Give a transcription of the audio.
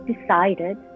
decided